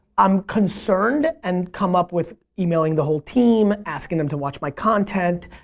i'm concerned and come up with emailing the whole team, asking them to watch my content,